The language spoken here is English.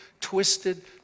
twisted